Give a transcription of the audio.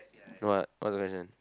no what what's the question